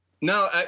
No